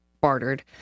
bartered